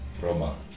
Roma